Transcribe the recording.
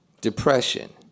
Depression